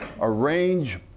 Arrange